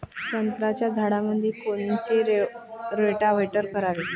संत्र्याच्या झाडामंदी कोनचे रोटावेटर करावे?